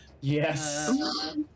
Yes